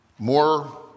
More